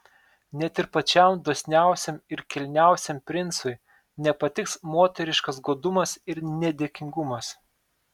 net ir pačiam dosniausiam ir kilniausiam princui nepatiks moteriškas godumas ir nedėkingumas